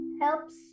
helps